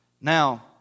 Now